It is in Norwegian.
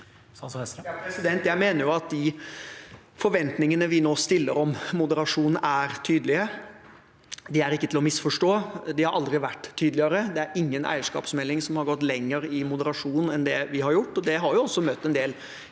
Jeg mener at de forventningene vi nå stiller om moderasjon, er tydelige. De er ikke til å misforstå. De har aldri vært tydeligere. Det er ingen eierskapsmelding som har gått lenger i moderasjon enn det vi har gjort. Det har også møtt en del